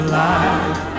life